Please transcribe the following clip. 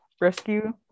rescue